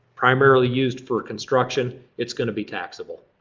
primarily used for construction it's gonna be taxable.